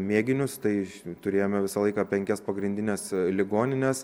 mėginius tai turėjome visą laiką penkias pagrindines ligonines